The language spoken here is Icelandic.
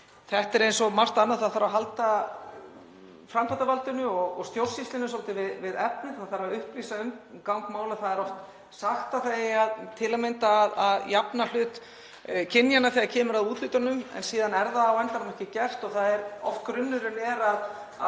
Þetta er eins og margt annað, það þarf að halda framkvæmdarvaldinu og stjórnsýslunni svolítið við efnið. Það þarf að upplýsa um gang mála. Það er oft sagt að það eigi til að mynda að jafna hlut kynjanna þegar kemur að úthlutunum en síðan er það á endanum ekki gert og grunnurinn er